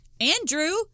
Andrew